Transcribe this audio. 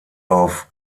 auf